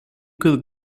could